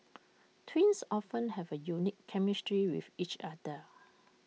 twins often have A unique chemistry with each other